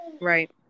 right